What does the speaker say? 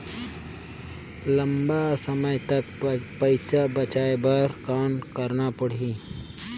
लंबा समय तक पइसा बचाये बर कौन करना पड़ही?